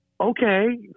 okay